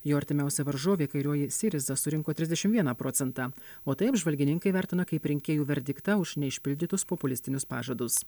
jo artimiausia varžovė kairioji syriza surinko trisdešim vieną procentą o tai apžvalgininkai vertina kaip rinkėjų verdiktą už neišpildytus populistinius pažadus